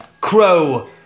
Crow